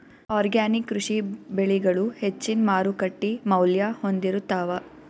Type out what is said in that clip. organic ಕೃಷಿ ಬೆಳಿಗಳು ಹೆಚ್ಚಿನ್ ಮಾರುಕಟ್ಟಿ ಮೌಲ್ಯ ಹೊಂದಿರುತ್ತಾವ